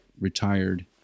retired